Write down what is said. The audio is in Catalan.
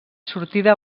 sortida